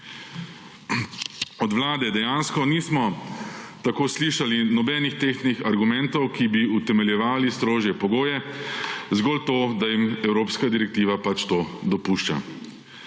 Od vlade dejansko nismo tako slišali nobenih tehtnih argumentov, ki bi utemeljevali strožje pogoje, zgolj to, da jim evropska direktiva to dopušča.